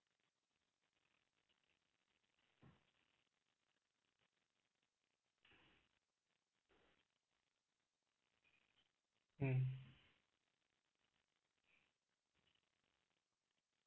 um